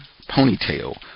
ponytail